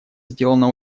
сделано